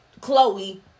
Chloe